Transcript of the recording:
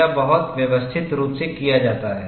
यह बहुत व्यवस्थित रूप से किया जाता है